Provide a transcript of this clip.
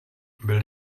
byl